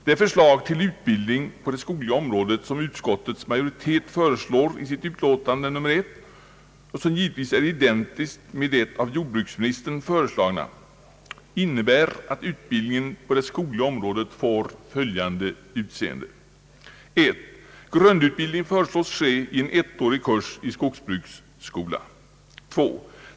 Det förslag till utbildning på det skogliga området, som utskottets majoritet föreslår i sitt utlåtande nr 1 och som givetvis är identiskt med det av jordbruksministern föreslagna, innebär att utbildningen på det skogliga området får följande utseende: 2.